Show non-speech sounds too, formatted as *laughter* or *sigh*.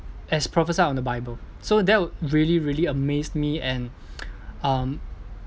as prophecised on the bible so that really really amazed me and *noise* um